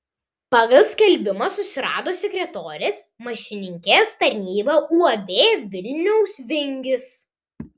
pagal skelbimą susirado sekretorės mašininkės tarnybą uab vilniaus vingis